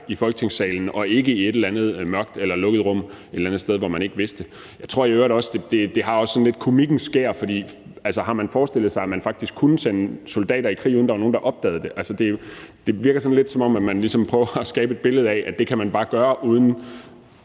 i Folketingssalen og ikke i et eller andet mørkt eller lukket rum et eller andet sted, som man ikke vidste noget om. Det har også sådan lidt komikkens skær over sig, for har man forestillet sig, at der faktisk kunne blive sendt soldater i krig, uden at der var nogen, der opdagede det? Det virker sådan lidt, som om man ligesom prøver at skabe et billede af, at det kan man bare gøre, uden